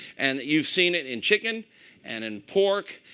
and you've seen it in chicken and in pork.